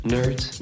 Nerds